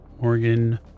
Morgan